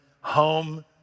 home